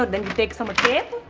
then you take some tape.